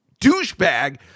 douchebag